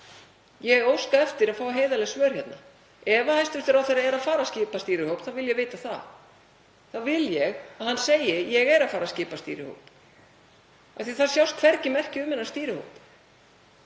Ég óska eftir að fá heiðarleg svör hérna. Ef hæstv. ráðherra er að fara að skipa stýrihóp þá vil ég vita það. Þá vil ég að hann segi: Ég er að fara að skipa stýrihóp. Af því að það sjást hvergi merki um þennan stýrihóp.